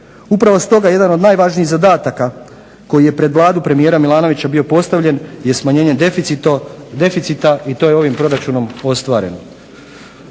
Upravo stoga jedan od najvažnijih zadataka koji je pred Vladu premijera Milanovića bio postavljen je smanjenje deficita i to je ovim proračunom ostvareno.